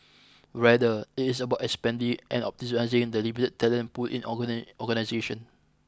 rather it is about expanding and optimising the limited talent pool in organisation